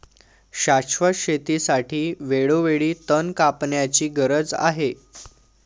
शाश्वत शेतीसाठी वेळोवेळी तण कापण्याची गरज आहे